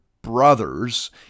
Brothers